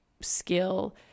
skill